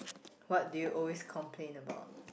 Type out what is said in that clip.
what do you always complain about